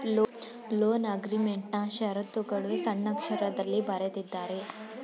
loan ಅಗ್ರೀಮೆಂಟ್ನಾ ಶರತ್ತುಗಳು ಸಣ್ಣಕ್ಷರದಲ್ಲಿ ಬರೆದಿದ್ದಾರೆ